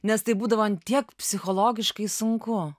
nes taip būdavoant tiek psichologiškai sunku